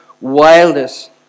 wildest